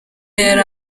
yari